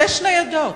שש ניידות.